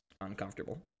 uncomfortable